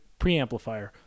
preamplifier